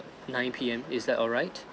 nine P_M is that alright